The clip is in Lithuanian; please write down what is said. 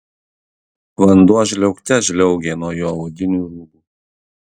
vanduo žliaugte žliaugė nuo jo odinių rūbų